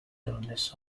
illness